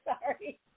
sorry